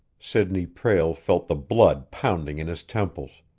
sidney prale felt the blood pounding in his temples,